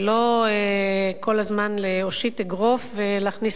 ולא כל הזמן להושיט אגרוף ולהכניס